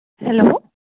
hello